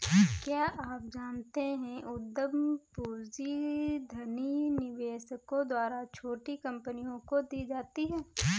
क्या आप जानते है उद्यम पूंजी धनी निवेशकों द्वारा छोटी कंपनियों को दी जाती है?